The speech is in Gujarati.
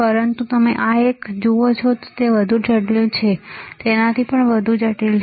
પરંતુ તમે આ એક અધિકાર જુઓ છો તે વધુ જટિલ છે તેનાથી પણ વધુ જટિલ છે